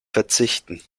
verzichten